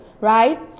right